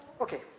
Okay